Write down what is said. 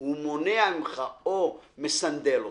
הוא מונע ממך או מסנדל אותך.